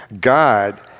God